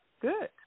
Good